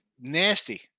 nasty